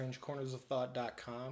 strangecornersofthought.com